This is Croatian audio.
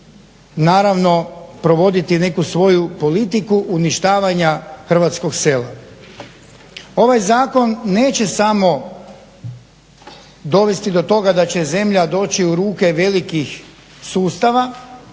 naravno provoditi neku svoju politiku uništavanja hrvatskog sela. Ovaj zakon neće samo dovesti do toga da će zemlja doći u ruke velikih sustava